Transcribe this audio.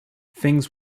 things